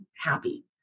happy